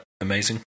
amazing